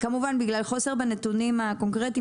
כמובן בגלל חוסר בנתונים קונקרטיים